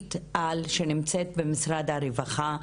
תוכנית על שנמצאת במשרד הרווחה.